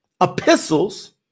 epistles